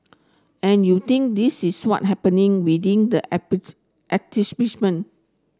and you think this is what happening within the